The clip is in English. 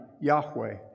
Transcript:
Yahweh